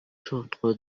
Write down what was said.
сотко